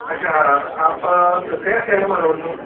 અચ્છા આપ કયા શહેરમાં રહો છો